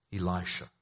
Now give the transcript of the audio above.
Elisha